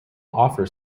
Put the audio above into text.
offer